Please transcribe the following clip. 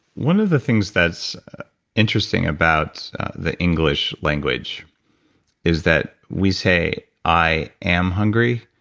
one of the things that's interesting about the english language is that we say, i am hungry,